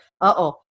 Uh-oh